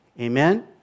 Amen